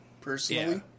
personally